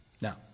Now